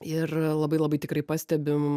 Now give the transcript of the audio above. ir labai labai tikrai pastebim